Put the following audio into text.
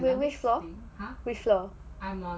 wait which floor which floor